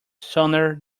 sooner